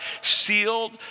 sealed